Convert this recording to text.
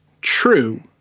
true